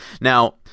Now